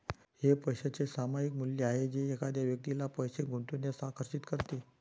हे पैशाचे सामायिक मूल्य आहे जे एखाद्या व्यक्तीला पैसे गुंतवण्यास आकर्षित करते